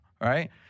right